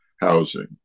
housing